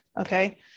Okay